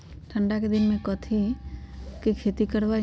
ठंडा के दिन में कथी कथी की खेती करवाई?